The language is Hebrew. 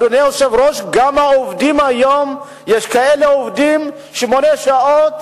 אדוני היושב-ראש, גם היום יש שעובדים שמונה שעות,